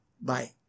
Bye